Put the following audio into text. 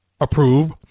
approve –